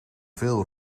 veel